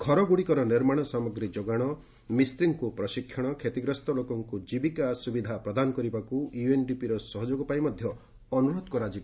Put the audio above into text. ଘରଗୁଡ଼ିକର ନିର୍ମାଣ ସାମଗ୍ରୀ ଯୋଗାଣ ମିସ୍ଚୀଙ୍କୁ ପ୍ରଶିକ୍ଷଣ ଷତିଗ୍ରସ୍ତ ଲୋକଙ୍କୁ ଜୀବିକା ସୁବିଧା ପ୍ରଦାନ କରିବାକୁ ୟୁଏନ୍ଡିପିର ସହଯୋଗ ପାଇଁ ମଧ୍ଧ ଅନୁରୋଧ କରାଯିବ